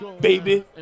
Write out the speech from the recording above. baby